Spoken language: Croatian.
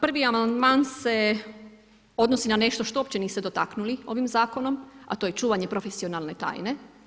Prvi amandman se odnosi na nešto što uopće niste dotaknuli ovim zakonom a to je čuvanje profesionalne tajne.